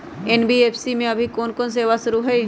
NBFC में अभी कोन कोन सेवा शुरु हई?